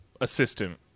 assistant